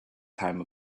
time